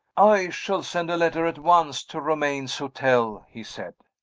i shall send a letter at once to romayne's hotel, he said.